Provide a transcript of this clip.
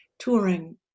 touring